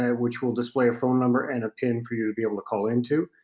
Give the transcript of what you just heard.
which will display a phone number and a pin for you to be able to call into.